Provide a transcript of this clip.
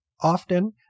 often